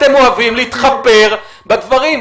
אתם אוהבים להתחפר בדברים.